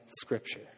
scripture